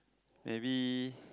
maybe